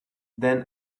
than